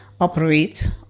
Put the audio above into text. operate